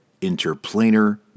Interplanar